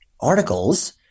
articles